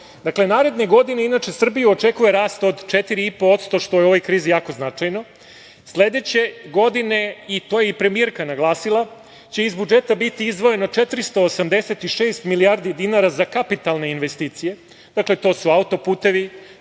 Evropi. Dakle, naredne godine inače Srbiju očekuje rast od 4,5%, što je u ovoj krizi jako značajno. Sledeće godine, to je i premijerka naglasila, će iz budžeta biti izdvojeno 486 milijardi dinara za kapitalne investicije. Dakle, to su autoputevi,